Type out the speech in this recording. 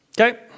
Okay